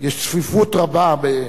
יש צפיפות רבה.